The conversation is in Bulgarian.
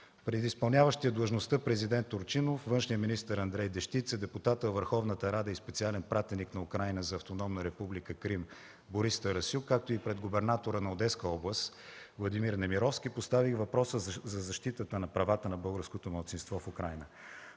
Пред изпълняващия длъжността президент Турчинов, външният министър Андрей Дешчица, депутатът във Върховната рада и специален пратеник на Украйна за Автономна република Крим Борис Тарасюк, както и пред губернатора на Одеска област Владимир Немировский поставих въпроса за защитата на правата на българското малцинство в Украйна.